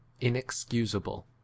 inexcusable